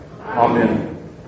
Amen